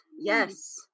Yes